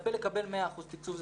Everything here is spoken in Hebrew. מצפה לקבל 100% תקצוב.